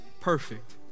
perfect